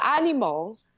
animal